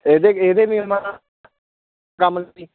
ਇਹਦੇ ਇਹਦੇ ਕੰਮ